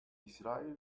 i̇srail